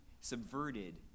subverted